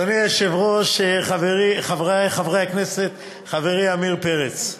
אדוני היושב-ראש, חברי חברי הכנסת, חברי עמיר פרץ,